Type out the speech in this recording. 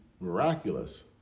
miraculous